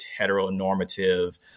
heteronormative